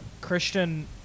Christian